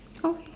okay